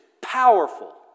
powerful